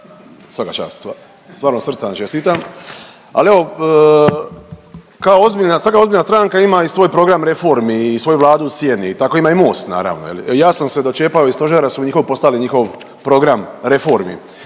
vam čestitam, ali evo kao ozbiljna, svaka ozbiljna stranka ima i svoj program reformi i svoju vladu u sjeni. Tako ima i MOST naravno. Ja sam se dočepao iz stožera su mi njihov, poslali njihov program reformi,